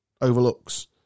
overlooks